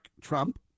Trump